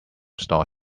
store